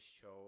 show